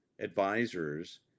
advisors